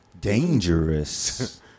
dangerous